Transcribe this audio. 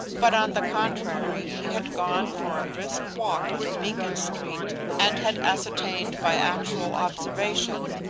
but on the contrary he had gone for a brisk walk in beacon street, and had ascertained by actual observation,